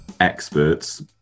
experts